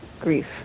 grief